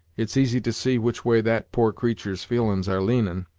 it's easy to see which way that poor creatur's feelin's are leanin',